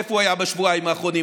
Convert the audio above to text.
איפה הוא היה בשבועיים האחרונים.